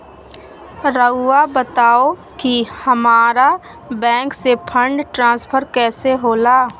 राउआ बताओ कि हामारा बैंक से फंड ट्रांसफर कैसे होला?